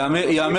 ייאמר